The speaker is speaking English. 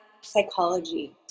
psychology